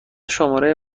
شماره